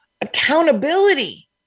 Accountability